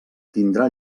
tindrà